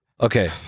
Okay